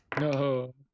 No